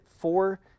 four